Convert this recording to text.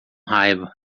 raiva